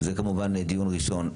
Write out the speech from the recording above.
זה כמובן דיון ראשון.